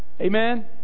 Amen